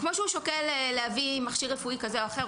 כמו שהוא שוקל להביא מכשיר רפואי כזה או אחר,